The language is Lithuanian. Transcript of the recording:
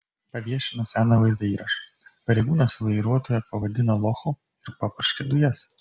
paviešino seną vaizdo įrašą pareigūnas vairuotoją pavadina lochu ir papurškia dujas